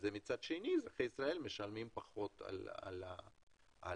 מצד שני אזרחי ישראל משלמים פחות על גז,